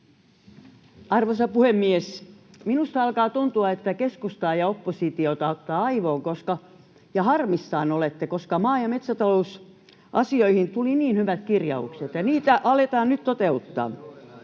Arvoisa puhemies! Minusta alkaa tuntua, että keskustaa ja oppositiota ottaa aivoon ja olette harmissanne, koska maa- ja metsäta-lousasioihin tuli niin hyvät kirjaukset ja niitä aletaan nyt toteuttaa.